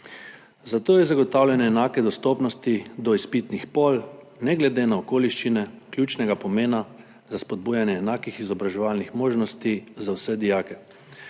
zato je zagotavljanje enake dostopnosti do izpitnih pol, ne glede na okoliščine, ključnega pomena za spodbujanje enakih izobraževalnih možnosti za vse dijake.